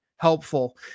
helpful